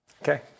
Okay